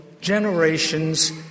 generations